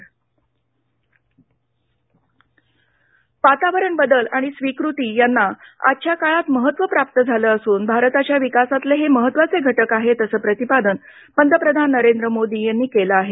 पंतप्रधान वातावरण बदल आणि स्वीकृती ह्यांना आजच्या काळात महत्व प्राप्त झालं असून भारताच्या विकासातले हे महत्वाचे घटक आहेत असं प्रतिपादन पंतप्रधान नरेंद्र मोदी यांनी केलं आहे